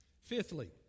Fifthly